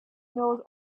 knows